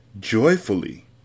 Joyfully